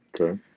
Okay